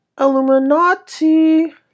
Illuminati